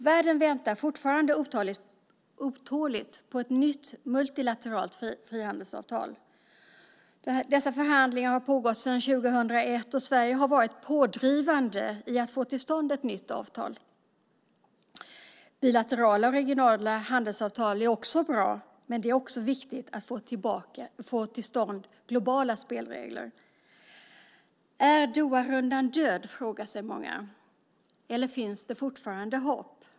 Världen väntar fortfarande otåligt på ett nytt multilateralt frihandelsavtal. Dessa förhandlingar har pågått sedan 2001 och Sverige har varit pådrivande i att få till stånd ett nytt avtal. Bilaterala och regionala handelsavtal är bra, men det är också viktigt att få till stånd globala spelregler. Är Doharundan död, frågar sig många, eller finns det fortfarande hopp?